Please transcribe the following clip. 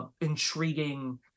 intriguing